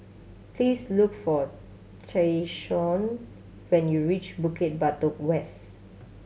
please look for Tyshawn when you reach Bukit Batok West